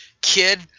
kid